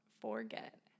forget